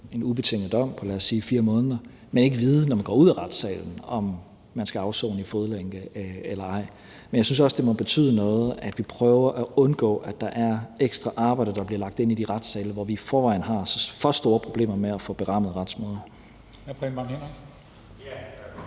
en ubetinget dom på, lad os sige 4 måneder, men ikke vide, om man skal afsone i fodlænke eller ej. Men jeg synes også, at det må betyde noget, at vi prøver at undgå, at der er ekstra arbejde, der bliver lagt ind i de retssale, hvor vi i forvejen har for store problemer med at få berammet retsmøderne.